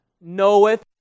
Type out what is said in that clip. knoweth